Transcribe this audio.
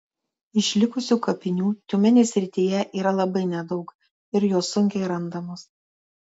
išlikusių kapinių tiumenės srityje yra labai nedaug ir jos sunkiai randamos